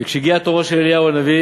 וכשהגיע תורו של אליהו הנביא,